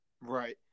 Right